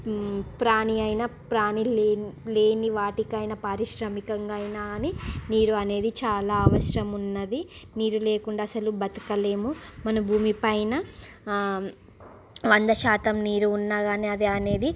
ప్రాణి అయిన ప్రాణీ లే లేని వాటికైనా పారిశ్రామికంగా అయినా కానీ నీరు అనేది చాలా అవసరం ఉన్నది నీరు లేకుండా అసలు బ్రతకమేము మన భూమిపైన వంద శాతం నీరు ఉన్న కానీ అది అనేది